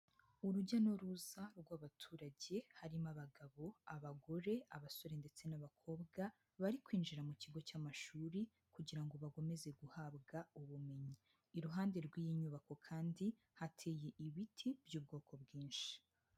Urujya n'uruza rw'abaturage, harimo abagabo, abagore abasore ndetse n'abakobwa bari kwinjira mu kigo cy'amashuri kugira ngo bakomeze guhabwa ubumenyi, iruhande rw'iyi nyubako kandi hateye ibiti by'ubwoko bwinshi.